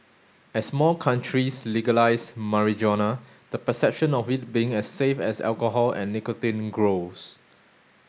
as more countries legalise marijuana the perception of it being as safe as alcohol and nicotine grows